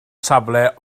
safle